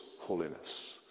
holiness